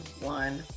one